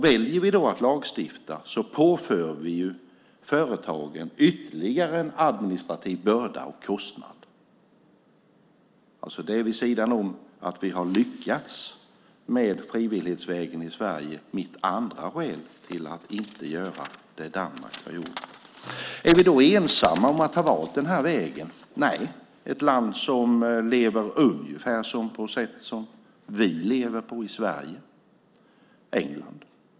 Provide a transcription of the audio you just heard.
Väljer vi att lagstifta påför vi företagen ytterligare en administrativ börda och kostnad. Detta är, vid sidan om att vi har lyckats med frivillighetsvägen i Sverige, mitt andra skäl till att inte göra det Danmark har gjort. Är vi då ensamma om att ha valt den här vägen? Nej. Det gäller även till exempel England, ett land som lever ungefär som vi i Sverige.